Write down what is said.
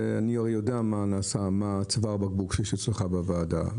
אני יודע מה צוואר הבקבוק שיש אצלך בוועדה.